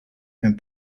and